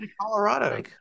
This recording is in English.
Colorado